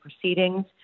proceedings